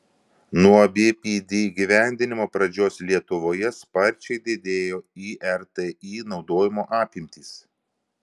nuo bpd įgyvendinimo pradžios lietuvoje sparčiai didėjo irti naudojimo apimtys